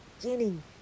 beginning